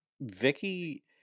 Vicky